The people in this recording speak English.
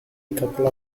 couple